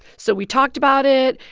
so we talked about it,